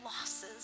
losses